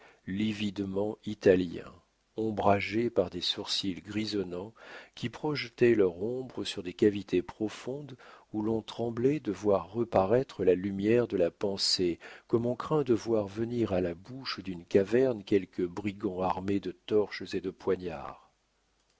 lividement italien ombragé par des sourcils grisonnants qui projetaient leur ombre sur des cavités profondes où l'on tremblait de voir reparaître la lumière de la pensée comme on craint de voir venir à la bouche d'une caverne quelques brigands armés de torches et de poignards